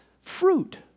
fruit